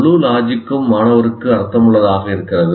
முழு லாஜிக் கும் மாணவருக்கு அர்த்தமுள்ளதாக இருக்கிறது